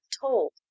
told